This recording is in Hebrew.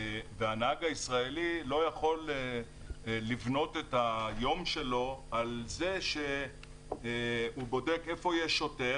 הנהג הישראלי לא יכול לבנות את היום שלו על זה שהוא בודק איפה יש שוטר.